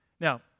Now